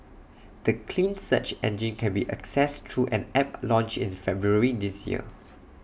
the clean search engine can be accessed through an app launched in February this year